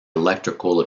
electrical